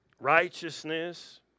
righteousness